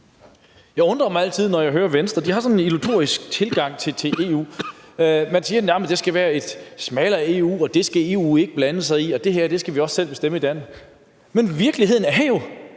Jeg undrer mig altid, når jeg hører Venstre. De har sådan en illusorisk tilgang til EU. Man siger, at det skal være et smallere EU, at det skal EU ikke blande sig i, og at det her skal vi også selv bestemme i Danmark. Men virkeligheden er jo,